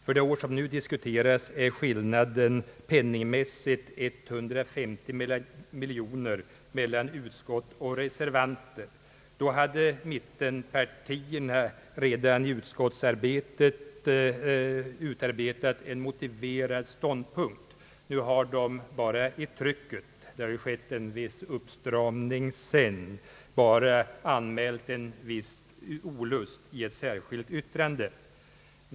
För det år som nu diskuteras är skillnaden mellan utskott och reservanter penningmässigt 150 miljoner kronor. Då hade mittenpartierna redan i utskottsarbetet utarbetat en motiverad ståndpunkt. Nu har de bara i trycket — det har skett en viss uppstramning sedan — anmält en viss olust i ett särskilt yttrande.